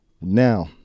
Now